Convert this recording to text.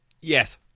yes